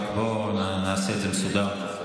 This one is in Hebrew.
בוא נעשה את זה מסודר.